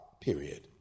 period